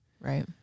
Right